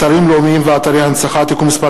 אתרים לאומיים ואתרי הנצחה (תיקון מס'